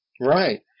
Right